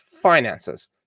finances